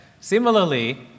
Similarly